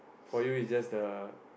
for you it's just the